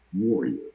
warrior